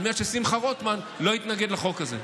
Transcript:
על מנת ששמחה רוטמן לא יתנגד לחוק הזה.